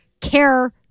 care